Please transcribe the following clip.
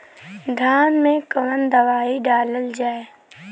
धान मे कवन दवाई डालल जाए?